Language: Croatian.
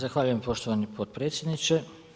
Zahvaljujem poštovani potpredsjedniče.